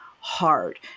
hard